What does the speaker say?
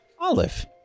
Olive